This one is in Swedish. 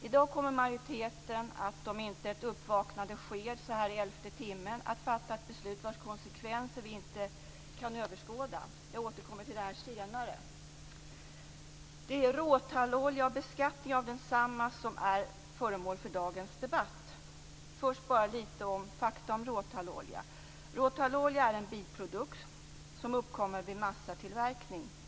I dag kommer majoriteten, om inte ett uppvaknande sker så här i elfte timmen, att fatta ett beslut vars konsekvenser vi inte kan överskåda. Jag återkommer till det senare. Det är råtallolja och beskattning av densamma som är föremål för dagens debatt. Först skall jag bara ta upp lite fakta om råtallolja. Råtallolja är en biprodukt som uppkommer vid massatillverkning.